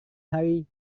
hari